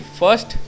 first